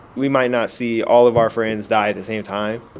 we might not see all of our friends die at the same time,